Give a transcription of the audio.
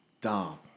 Dom